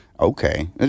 Okay